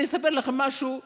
אני אספר לך משהו כבדיחה.